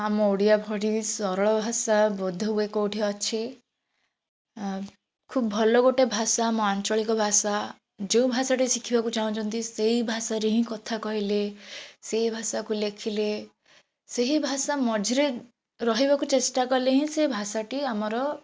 ଆମ ଓଡ଼ିଆ ଭଳି ସରଳ ଭାଷା ବୋଧ ହୁଏ କେଉଁଠି ଅଛି ଖୁବ ଭଲ ଗୋଟେ ଭାଷା ଆମ ଆଞ୍ଚଳିକ ଭାଷା ଯେଉଁ ଭାଷାଟି ଶିଖିବାକୁ ଚାଁହୁଛନ୍ତି ସେଇ ଭାଷାରେ ହିଁ କଥା କହିଲେ ସେଇ ଭାଷାକୁ ଲେଖିଲେ ସେହି ଭାଷା ମଝିରେ ରହିବାକୁ ଚେଷ୍ଟା କଲେ ହିଁ ସେ ଭାଷାଟି ଆମର